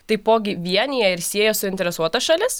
taipogi vienija ir sieja suinteresuotas šalis